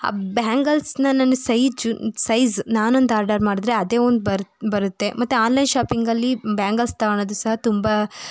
ಆ ಬ್ಯಾಂಗಲ್ಸನ್ನ ನಾನು ಸೈಜು ಸೈಝ್ ನಾನೊಂದು ಆರ್ಡರ್ ಮಾಡಿದರೆ ಅದೇ ಒಂದು ಬರ್ ಬರುತ್ತೆ ಮತ್ತು ಆನ್ಲೈನ್ ಶಾಪಿಂಗಲ್ಲಿ ಬ್ಯಾಂಗಲ್ಸ್ ತೊಗೊಳೋದು ಸಹ ತುಂಬ